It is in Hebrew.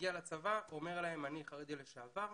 מגיע לצבא, אומר להם: אני חרדי לשעבר,